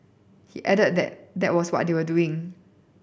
he added that that was what they were doing